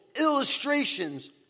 illustrations